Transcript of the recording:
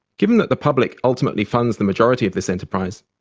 given that the public ultimately funds the majority of this enterprise,